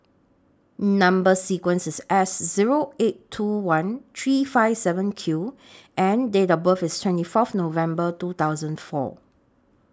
Number sequence IS S Zero eight two one three five seven Q and Date of birth IS twenty forth November two thousand four